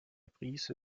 prise